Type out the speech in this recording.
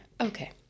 okay